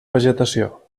vegetació